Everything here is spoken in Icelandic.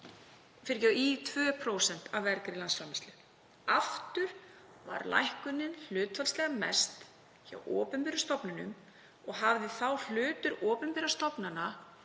fóru niður í 2% af vergri landsframleiðslu. Aftur var lækkunin hlutfallslega mest hjá opinberum stofnunum og hafði þá hlutur opinberra stofnana